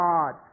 God